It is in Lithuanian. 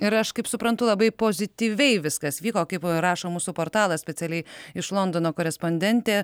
ir aš kaip suprantu labai pozityviai viskas vyko kaip rašo mūsų portalas specialiai iš londono korespondentė